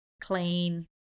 clean